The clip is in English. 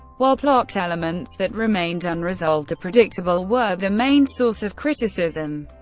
while plot elements that remained unresolved or predictable were the main source of criticism.